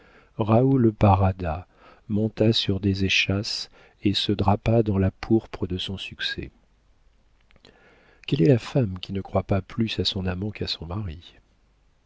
raoul parada monta sur des échasses et se drapa dans la pourpre de son succès quelle est la femme qui ne croit pas plus à son amant qu'à son mari